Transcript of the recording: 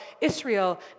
Israel